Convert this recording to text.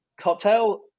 cocktail